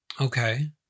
Okay